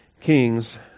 kings